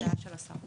זו הדעה של השר.